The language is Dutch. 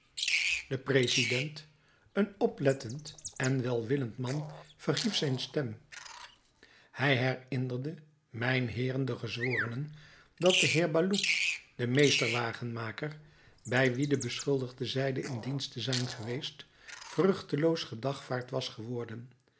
de president een oplettend en welwillend man verhief zijn stem hij herinnerde mijnheeren de gezworenen dat de heer baloup de meester wagenmaker bij wien de beschuldigde zeide in dienst te zijn geweest vruchteloos gedagvaard was geworden